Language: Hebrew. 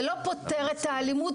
זה לא פותר את האלימות,